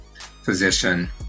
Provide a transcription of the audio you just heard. physician